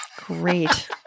Great